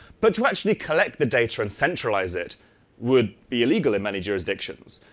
but to actually collect the data and centralize it would be illegal in many jurisdictions.